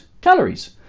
calories